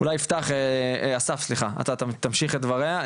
אולי אסף, אתה תמשיך את דבריה?